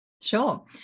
Sure